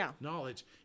knowledge